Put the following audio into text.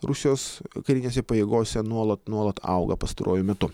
rusijos karinėse pajėgose nuolat nuolat auga pastaruoju metu